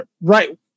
right